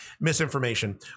misinformation